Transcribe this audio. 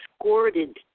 escorted